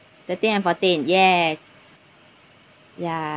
thirteen and fourteen yes ya~